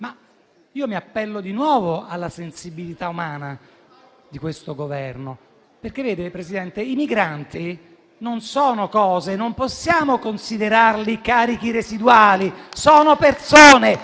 Mi appello di nuovo alla sensibilità umana di questo Governo, perché vede, Presidente, i migranti non sono cose, non possiamo considerarli carichi residuali: sono persone.